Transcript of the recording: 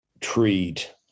treat